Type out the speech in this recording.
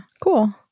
cool